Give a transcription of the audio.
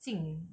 敬